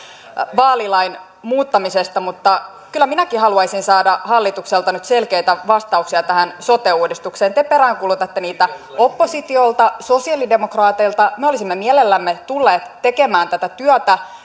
vaalilain muuttamisesta mutta kyllä minäkin haluaisin saada hallitukselta nyt selkeitä vastauksia tähän sote uudistukseen te peräänkuulutatte niitä oppositiolta sosialidemokraateilta me olisimme mielellämme tulleet tekemään tätä työtä